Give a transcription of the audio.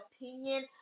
opinion